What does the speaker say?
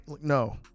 No